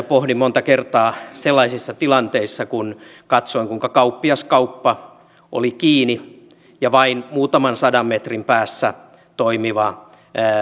pohdin monta kertaa sellaisissa tilanteissa kun katsoin kuinka kauppiaskauppa oli kiinni ja vain muutaman sadan metrin päässä toimiva